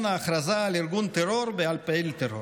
ההכרזה על ארגון טרור ועל פעיל טרור.